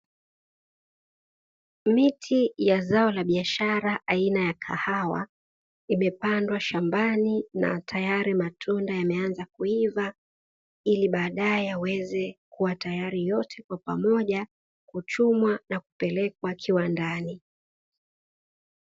Miti ya zao la biashara aina ya kahawa imepandwa shambani na tayari matunda yameanza kuiva, ili baadaye yaweze kuwa tayari yote kwa pamoja kuchumwa na kupelekwa kiwandani.